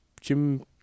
Jim